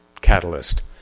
catalyst